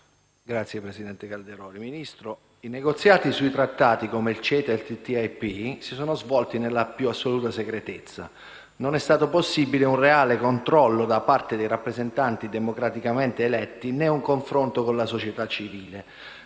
*(M5S)*. Signor Ministro, i negoziati su trattati come il CETA o il TTIP si sono svolti nella più assoluta segretezza; non è stato possibile un reale controllo da parte dei rappresentanti democraticamente eletti né un confronto con la società civile.